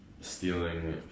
stealing